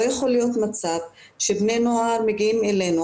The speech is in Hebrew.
לא יכול להיות מצב שבני נוער מגיעים אלינו,